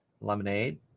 Lemonade